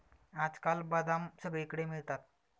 आजकाल बदाम सगळीकडे मिळतात